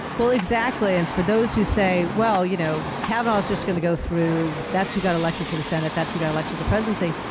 well, exactly, and for those who say, well, you know, kavanaugh's just going to go through, that's who got elected to the senate, that's who got elected to the presidency,